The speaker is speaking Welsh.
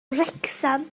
wrecsam